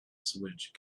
switch